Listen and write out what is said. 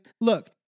Look